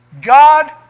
God